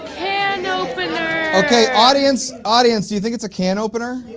and opener! okay audience, audience, do you think it's a can opener?